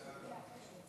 סעיפים